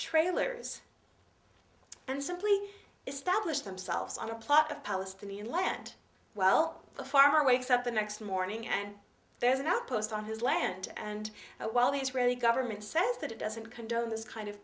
trailers and simply establish themselves on a plot of palestinian land well the farmer wakes up the next morning and there's an outpost on his land and while the israeli government says that it doesn't condone this kind of